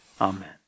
Amen